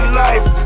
life